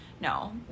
No